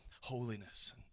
holiness